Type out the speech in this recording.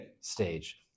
stage